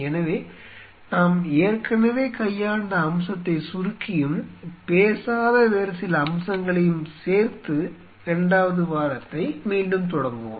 எனவே நாம் ஏற்கனவே கையாண்ட அம்சத்தை சுருக்கியும் பேசாத வேறு சில அம்சங்களையும் சேர்த்து இரண்டாவது வாரத்தை மீண்டும் தொடங்குவோம்